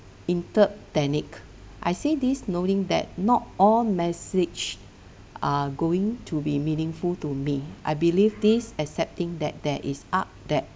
panic I say these noting that not all message are going to be meaningful to me I believe this accepting that there is art